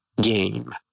game